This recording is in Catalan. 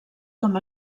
com